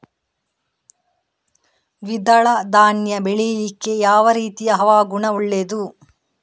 ದ್ವಿದಳ ಧಾನ್ಯ ಬೆಳೀಲಿಕ್ಕೆ ಯಾವ ರೀತಿಯ ಹವಾಗುಣ ಒಳ್ಳೆದು?